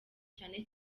cyane